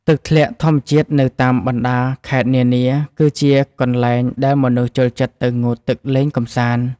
ទឹកធ្លាក់ធម្មជាតិនៅតាមបណ្តាខេត្តនានា គឺជាកន្លែងដែលមនុស្សចូលចិត្តទៅងូតទឹកលេងកម្សាន្ត។